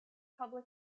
public